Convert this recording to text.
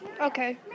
Okay